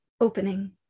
opening